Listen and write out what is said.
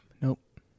nope